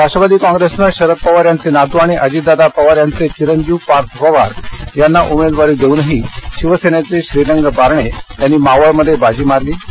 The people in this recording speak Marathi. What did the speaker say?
राष्ट्रवादी कॉप्रेसनं शरद पवार यांचे नातू आणि अजीतदादा पवार यांचे चिरंजीव पार्थ पवार यांना उमेदवारी देऊनही शिवसेनेचे श्रीरंग बारणे यांनी मावळ मध्ये बाजी मारली आहे